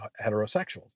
heterosexuals